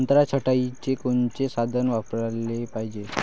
संत्रा छटाईले कोनचे साधन वापराले पाहिजे?